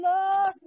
Lord